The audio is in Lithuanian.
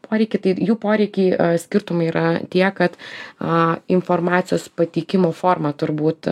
poreikiai jų poreikiai skirtumai yra tiek kad a informacijos pateikimo forma turbūt